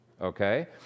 okay